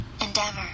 Endeavor